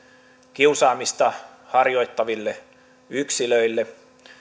kiusaamista harjoittaville yksilöille